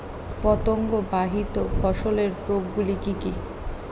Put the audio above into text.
পতঙ্গবাহিত ফসলের রোগ গুলি কি কি?